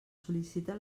sol·licita